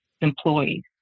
employees